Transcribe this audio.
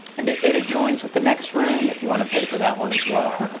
and it it adjoins with the next room if you want to pay for that one as well.